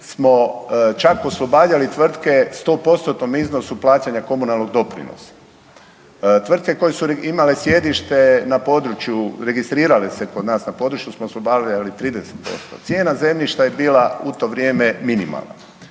smo čak oslobađali tvrtke 100%-tnom iznosu plaćanja komunalnog doprinosa. Tvrtke koje su imale sjedište na području, registrirale se kod nas, na području smo oslobađali, ali 30%. Cijena zemljišta je bila u to vrijeme minimalna.